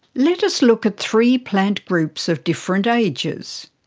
let us look at three plant groups of different ages.